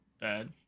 bad